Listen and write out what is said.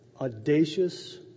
audacious